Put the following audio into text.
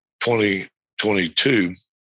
2022